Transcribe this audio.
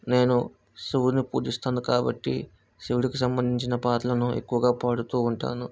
నేను శివుణ్ణి పూజిస్తాను కాబట్టి శివుడికి సంబంధించిన పాటలను ఎక్కువగా పాడుతూ ఉంటాను